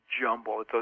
jumble